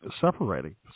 separating